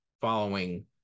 following